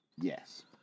Yes